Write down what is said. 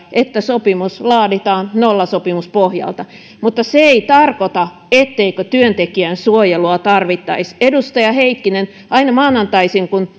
että sopimus laaditaan nollasopimuspohjalta mutta se ei tarkoita etteikö työntekijän suojelua tarvittaisi edustaja heikkinen aina maanantaisin kun